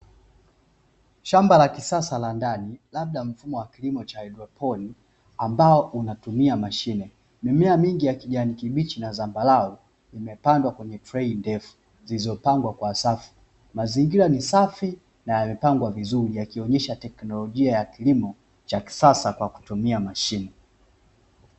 Shamba la kisasa la ndani, labda mfumo wa kilimo ambao unatumia mashine, mimea mingi ya kijani kibichi na zambarau imepandwa kwenye treyi ndefu zilizopangwa kwa safi mazingira ni safi na amepangwa vizuri yakionyesha teknolojia ya kilimo cha kisasa kwa kutumia mashine.